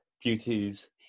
beauties